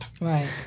right